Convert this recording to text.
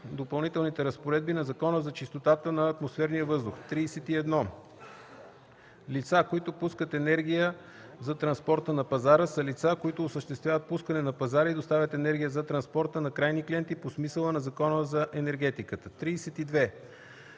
Допълнителните разпоредби на Закона за чистотата на атмосферния въздух. 31. „Лица, които пускат енергия за транспорта на пазара” са лица, които осъществяват пускане на пазара и доставят енергия за транспорта на крайни клиенти по смисъла на Закона за енергетиката. 32.